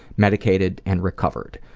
medicated and recovered.